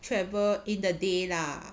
travel in the day lah